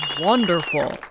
wonderful